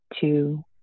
two